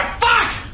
fuck!